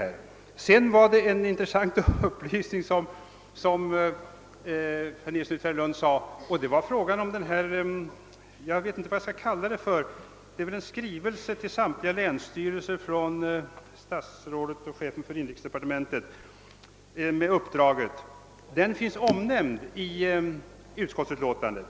Herr Nilsson i Tvärålund gav en intressant upplysning om skrivelsen den 28 mars 1969 till samtliga länsstyrelser från statsrådet och chefen för inrikesdepartementet, som finns omnämnd i utskottsutlåtandet.